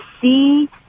see